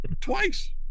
twice